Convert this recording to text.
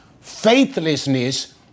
faithlessness